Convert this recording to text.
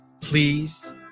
Please